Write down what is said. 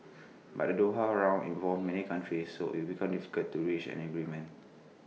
but the Doha round involves many countries so IT becomes difficult to reach an agreement